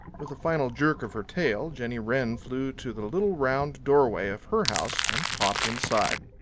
with a final jerk of her tail jenny wren flew to the little round doorway of her house and popped inside.